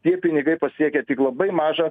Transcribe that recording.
tie pinigai pasiekia tik labai mažą